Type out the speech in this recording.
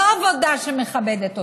לא עבודה שמכבדת אותם,